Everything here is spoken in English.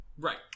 Right